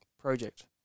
project